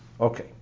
Okay